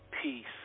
peace